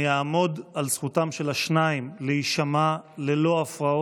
אני אעמוד על זכותם של השניים להישמע ללא הפרעות.